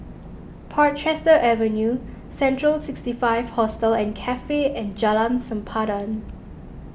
Portchester Avenue Central sixty five Hostel and Cafe and Jalan Sempadan